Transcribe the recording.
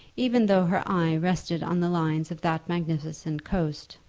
even though her eye rested on the lines of that magnificent coast.